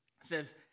says